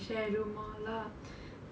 share room all lah